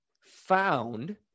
found